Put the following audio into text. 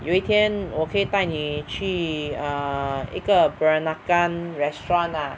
有一天我可以带你 err 一个 Peranakan restaurant lah